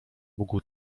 mógł